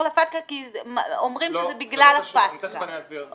ל- FATKAכי אומרים שזה בגלל ה- FATKA. לא,